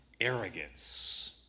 arrogance